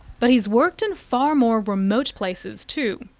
but he's worked in far more remote places too.